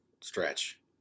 stretch